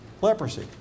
leprosy